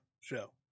show